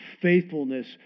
faithfulness